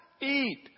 eat